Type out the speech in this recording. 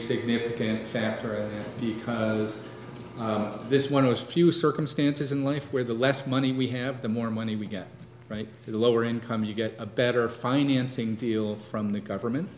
significant factor because it was this one of those few circumstances in life where the less money we have the more money we get right to the lower income you get a better financing deal from the government